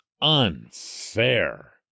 unfair